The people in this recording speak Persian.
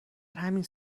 همین